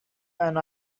and